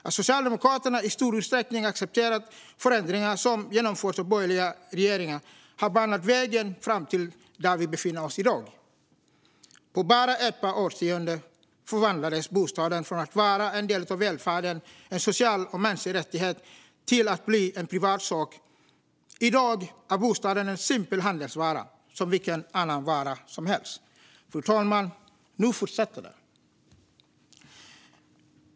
Att Socialdemokraterna i stor utsträckning har accepterat de förändringar som genomförts av borgerliga regeringar har banat vägen fram till där vi befinner oss i dag. På bara ett par årtionden förvandlades bostaden från att vara en del av välfärden, en social och mänsklig rättighet, till en privatsak. I dag är bostaden en simpel handelsvara, som vilken annan vara som helst. Fru talman! Nu fortsätter det.